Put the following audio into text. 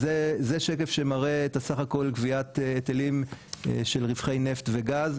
זה שקף שמראה את סך הכל גביית היטלים של רווחי נפט וגז.